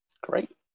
Great